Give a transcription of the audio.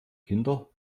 kinder